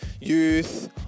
youth